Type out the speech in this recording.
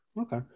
okay